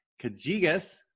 Kajigas